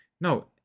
No